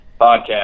podcast